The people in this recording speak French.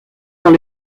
dans